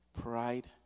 pride